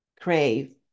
crave